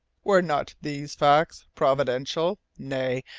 were not these facts providential? nay,